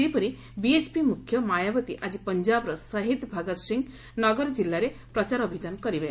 ସେହିପରି ବିଏସ୍ପି ମୁଖ୍ୟ ମାୟାବତୀ ଆଜି ପଞ୍ଜାବର ଶହୀଦ ଭଗତ ସିଂ ନଗର ଜିଲ୍ଲାରେ ପ୍ରଚାର କରିବେ